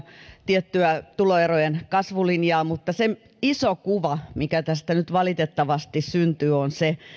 tiettyä tuloerojen kasvulinjaa ja se iso kuva mikä tästä nyt valitettavasti syntyy on se